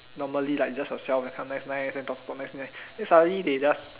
normally like just yourself then become nice nice then talk cock nice nice then suddenly they just